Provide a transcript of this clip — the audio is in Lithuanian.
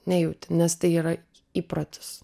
nejauti nes tai yra įprotis